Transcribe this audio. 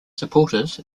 supporters